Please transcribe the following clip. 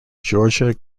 georgia